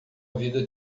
vida